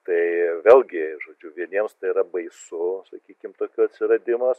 tai vėlgi žodžiu vieniems tai yra baisu sakykim tokių atsiradimas